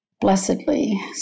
blessedly